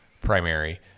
primary